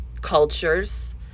cultures